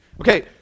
Okay